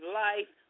life